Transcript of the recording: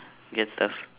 get stuff